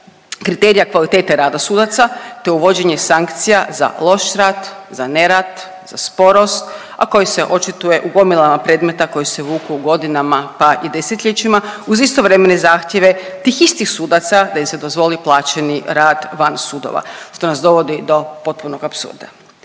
kriterija kvalitete rada sudaca te uvođenje sankcija za loš rad, za nerad, za sporost, a koji se očituje u gomilama predmeta koji se vuku godinama pa i desetljećima uz istovremene zahtjeve tih istih sudaca da im se dozvoli plaćeni rad van sudova što nas dovodi do potpunog apsurda.